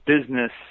business